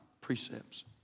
precepts